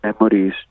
memories